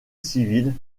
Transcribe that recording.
civile